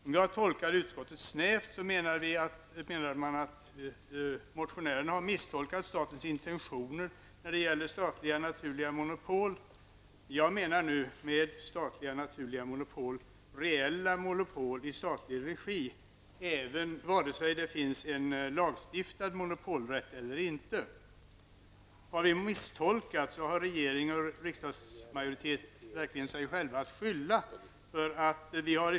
Om jag tolkar utskottet snävt så menar man att motionärerna har misstolkat statens intentioner när det gäller statliga naturliga monopol. Med statliga naturliga monopol menar jag reella monopol i statlig regi, oavsett om det finns en lagstiftad monopolrätt eller inte. Har vi misstolkat, så har regering och riskdagsmajoritet verkligen sig själva att skylla.